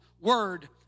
Word